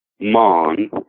Mon